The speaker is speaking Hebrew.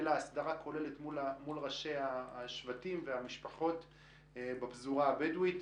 אלא הסדרה כוללת מול ראשי השבטים והמשפחות בפזורה הבדואית.